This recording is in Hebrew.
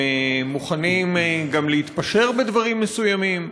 הם מוכנים גם להתפשר בדברים מסוימים.